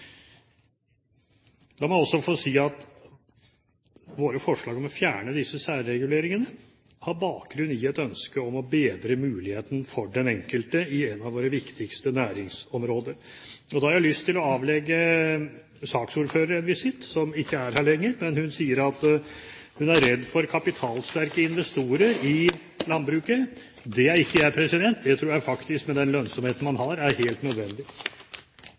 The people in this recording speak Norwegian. La meg også få si at vårt forslag om å fjerne disse særreguleringene har bakgrunn i et ønske om å bedre muligheten for den enkelte på et av våre viktigste næringsområder. Da har jeg lyst til å avlegge saksordføreren, som ikke er i salen lenger, en visitt. Hun sier at hun er redd for kapitalsterke investorer i landbruket. Det er ikke jeg. Det tror jeg faktisk, med den lønnsomheten man har, er helt nødvendig.